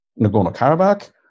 Nagorno-Karabakh